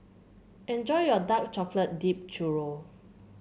enjoy your Dark Chocolate Dipped Churro